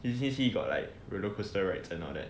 DisneySea got like roller coaster rides and all that